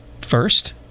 first